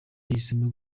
yahisemo